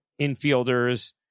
infielders